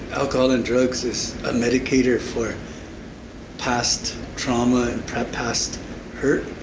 alcohol and drugs is a medicator for past trauma and past hurt,